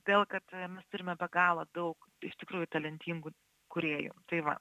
vėl kad mes turime be galo daug iš tikrųjų talentingų kūrėjų tai va